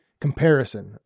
comparison